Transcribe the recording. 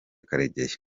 karegeya